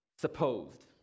supposed